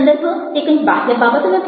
સંદર્ભ તે કંઈ બાહ્ય બાબત નથી